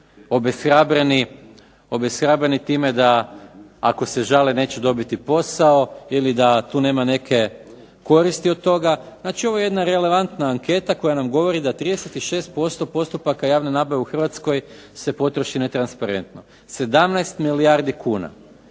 obeshrabreni time da ako se žale neće dobiti posao ili da tu nema neke koristi od toga. Znači ovo je jedna relevantna anketa koja nam govori da 36% postupaka javne nabave u Hrvatskoj se potroši netransparentno. 17 milijardi kuna.